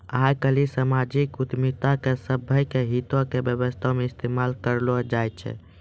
आइ काल्हि समाजिक उद्यमिता के सभ्भे के हितो के व्यवस्था मे इस्तेमाल करलो जाय छै